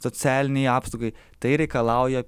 socialinei apsaugai tai reikalauja